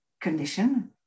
condition